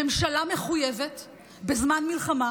הממשלה מחויבת בזמן מלחמה,